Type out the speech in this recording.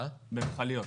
במכליות.